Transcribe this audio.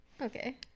okay